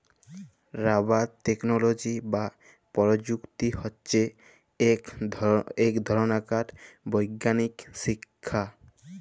rubber technology বা পরযুক্তি হছে ইকট ধরলকার বৈগ্যালিক শিখ্খা